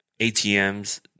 atms